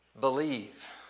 believe